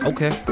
Okay